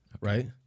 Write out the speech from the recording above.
right